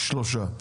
שלושה.